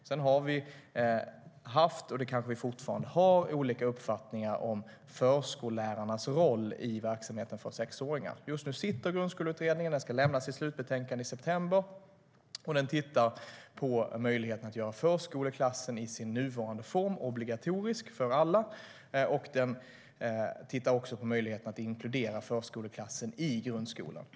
Sedan har vi haft och har kanske fortfarande olika uppfattningar om förskollärarnas roll i verksamheten för sexåringar. Just nu sitter Grundskoleutredningen, som ska lämna sitt slutbetänkande i september, och tittar på möjligheten att göra förskoleklassen i dess nuvarande form obligatorisk för alla. Man tittar också på möjligheten att inkludera förskoleklassen i grundskolan.